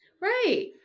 right